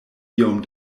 iom